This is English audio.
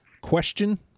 question